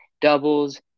doubles